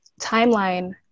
timeline